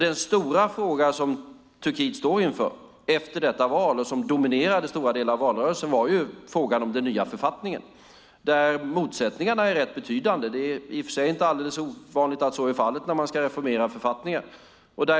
Den stora fråga som Turkiet står inför efter detta val och som dominerade stora delar av valrörelsen är frågan om den nya författningen, där motsättningarna är rätt betydande. Det är i och för sig inte alldeles ovanligt att så är fallet när man ska reformera författningen.